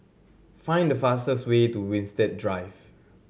find the fastest way to Winstedt Drive